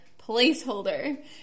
placeholder